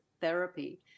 therapy